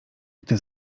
gdy